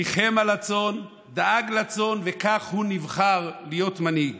ריחם על הצאן, דאג לצאן וכך הוא נבחר להיות מנהיג.